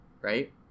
right